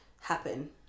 happen